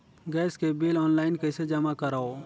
Gas के bill online कइसे जमा करव?